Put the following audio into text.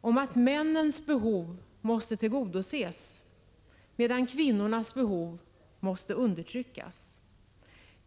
att männens behov måste tillgodoses, medan kvinnornas behov måste undertryckas.